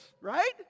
Right